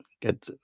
get